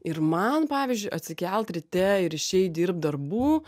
ir man pavyzdžiui atsikelt ryte ir išeit dirbt darbų